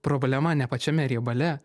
problema ne pačiame riebale